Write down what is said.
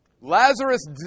Lazarus